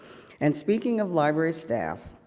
and speaking of library staff,